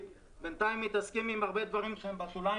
בינתיים מתעסקים עם הרבה דברים שהם בשוליים